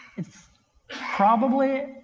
it's probably,